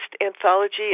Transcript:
anthology